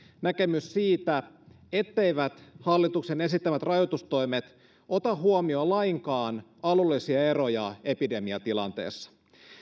näkemys siitä etteivät hallituksen esittämät rajoitustoimet ota huomioon lainkaan alueellisia eroja epidemiatilanteessa